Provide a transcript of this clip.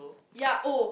ya oh